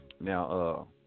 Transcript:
Now